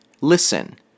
Listen